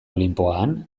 olinpoan